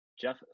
Jeff